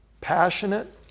passionate